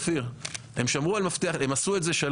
אם הם לא